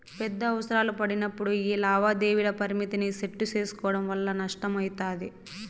పెద్ద అవసరాలు పడినప్పుడు యీ లావాదేవీల పరిమితిని సెట్టు సేసుకోవడం వల్ల నష్టమయితది